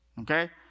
Okay